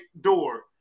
door